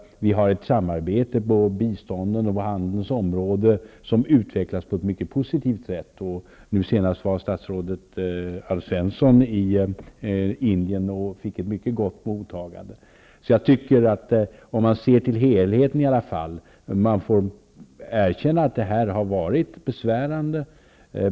Vi har ett samar bete inom biståndet och på handelns område som utvecklas på ett mycket positivt sätt. Nu senast var statsrådet Alf Svensson i Indien och fick ett mycket gott mottagande. Man får erkänna att dessa oklarheter har varit besvärande.